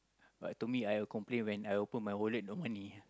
but to me I complain when I open my wallet no money ah